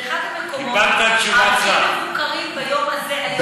זה אחד המקומות הכי מבוקרים ביום הזה.